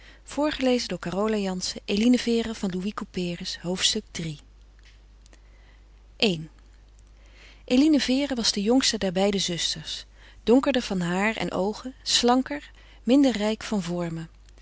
hoofdstuk iii i eline vere was de jongste der beide zusters donkerder van haar en oogen slanker minder rijk van vormen